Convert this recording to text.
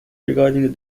regarding